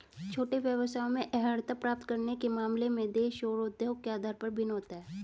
छोटे व्यवसायों में अर्हता प्राप्त करने के मामले में देश और उद्योग के आधार पर भिन्न होता है